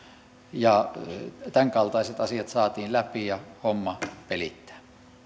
ja tämänkaltaiset asiat saatiin läpi ja homma pelittää